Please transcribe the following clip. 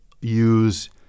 use